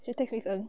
you text miss ng